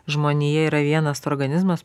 žmonija yra vienas organizmas